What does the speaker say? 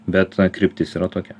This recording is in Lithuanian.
bet kryptis yra tokia